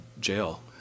jail